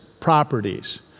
properties